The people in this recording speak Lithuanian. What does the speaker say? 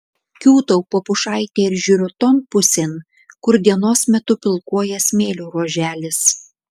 kiūtau po pušaite ir žiūriu ton pusėn kur dienos metu pilkuoja smėlio ruoželis